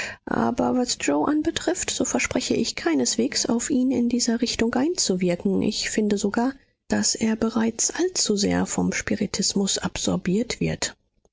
aber was yoe anbetrifft so verspreche ich keineswegs auf ihn in dieser richtung einzuwirken ich finde sogar daß er bereits allzusehr vom spiritismus absorbiert wird